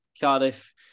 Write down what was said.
Cardiff